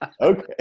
okay